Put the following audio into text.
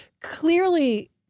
clearly